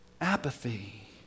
apathy